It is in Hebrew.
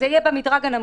אז יהיה במדרג הנמוך.